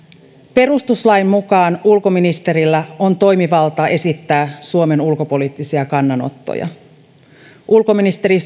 perustuslain mukaan ulkoministerillä on toimivalta esittää suomen ulkopoliittisia kannanottoja ulkoministeri